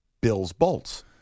Bills-Bolts